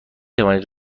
توانید